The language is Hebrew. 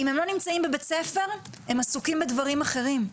אם הם לא נמצאים בבית-ספר הם עסוקים בדברים אחרים.